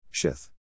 Shith